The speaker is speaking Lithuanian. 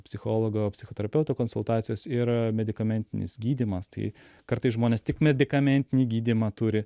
psichologo psichoterapeuto konsultacijos ir medikamentinis gydymas tai kartais žmonės tik medikamentinį gydymą turi